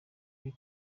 biri